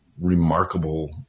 remarkable